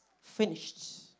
finished